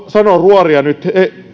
sanoa ruoria nyt